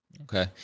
Okay